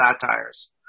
satires